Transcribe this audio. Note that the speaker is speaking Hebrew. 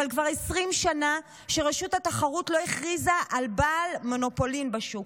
אבל כבר 20 שנה שרשות התחרות לא הכריזה על בעל מונופולין בשוק.